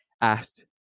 asked